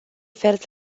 felt